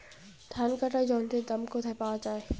ধান কাটার যন্ত্রের দাম কোথায় পাওয়া যায়?